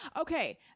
okay